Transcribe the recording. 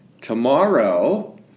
tomorrow